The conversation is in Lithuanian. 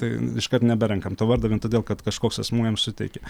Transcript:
tai iškart neberenkam to vardo vien todėl kad kažkoks asmuo jam suteikė